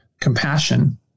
compassion